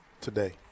today